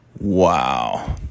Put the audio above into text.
Wow